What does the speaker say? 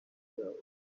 field